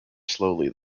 slowly